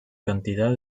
cantidad